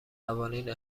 قوانین